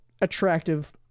attractive